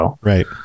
Right